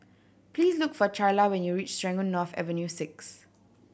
please look for Charla when you reach Serangoon North Avenue Six